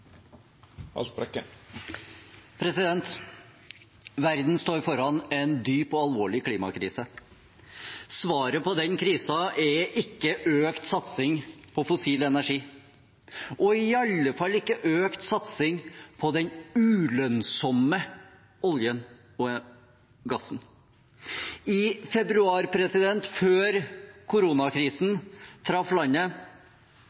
Verden står foran en dyp og alvorlig klimakrise. Svaret på den krisen er ikke økt satsing på fossil energi, og iallfall ikke økt satsing på den ulønnsomme oljen og gassen. I februar, før